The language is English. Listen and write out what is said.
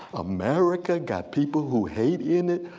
america got people who hate in it?